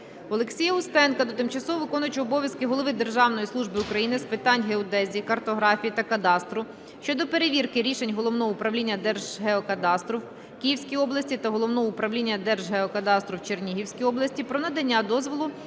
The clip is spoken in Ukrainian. Олексія Устенка до тимчасово виконуючого обов'язки Голови Державної служби України з питань геодезії, картографії та кадастру щодо перевірки рішень Головного управління Держгеокадастру у Київській області та Головного управління Держгеокадастру у Чернігівській області про надання дозволу